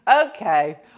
Okay